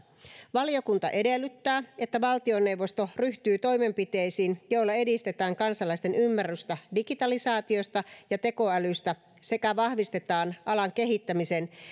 valiokunta edellyttää että valtioneuvosto ryhtyy toimenpiteisiin joilla edistetään kansalaisten ymmärrystä digitalisaatiosta ja tekoälystä sekä vahvistetaan alan kehittämisen